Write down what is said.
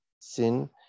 sin